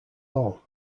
all